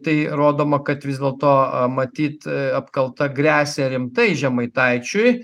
tai rodoma kad vis dėlto matyt apkalta gresia rimtai žemaitaičiui